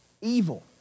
evil